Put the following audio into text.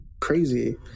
Crazy